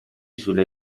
sulle